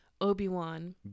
obi-wan